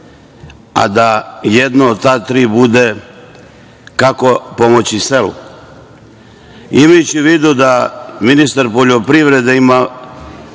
a da jedno od ta tri bude, kako pomoći selu. Imajući u vidu da ministar poljoprivrede ima